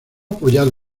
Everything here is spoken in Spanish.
apoyado